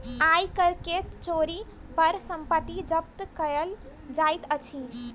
आय कर के चोरी पर संपत्ति जब्त कएल जाइत अछि